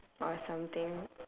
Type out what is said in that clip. or something